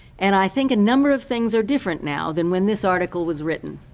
and i think a number of things are different now than when this article was written,